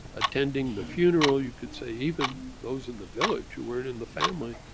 attending the funeral, you could say even those in the village who weren't in the family,